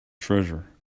treasure